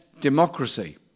democracy